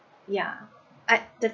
ya at the